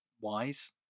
wise